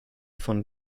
von